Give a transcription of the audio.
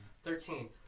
Thirteen